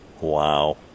Wow